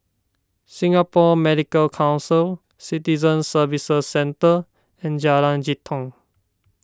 Singapore Medical Council Citizen Services Centre and Jalan Jitong